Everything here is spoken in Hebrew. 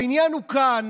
העניין כאן